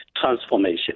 transformation